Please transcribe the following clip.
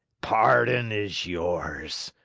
pardon is yours!